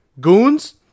goons